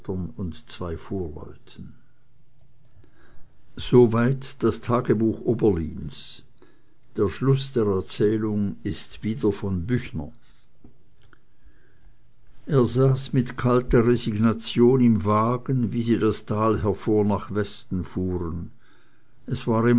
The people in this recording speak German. er saß mit kalter resignation im wagen wie sie das tal hervor nach westen fuhren es war